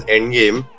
Endgame